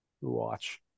watch